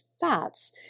fats